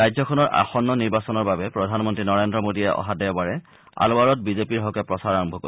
ৰাজ্যখনৰ আসন্ন নিৰ্বাচনৰ বাবে প্ৰধানমন্তী নৰেজ্ৰ মোদীয়ে অহা দেওবাৰে আলৱাৰত বিজেপিৰ হকে প্ৰচাৰ আৰম্ভ কৰিব